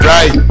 Right